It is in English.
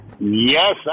Yes